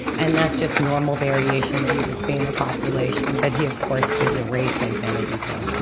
and that's just normal variation that you wou ld see in a population, that he of course gives a race identity to.